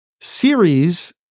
series